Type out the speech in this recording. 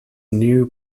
new